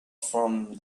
from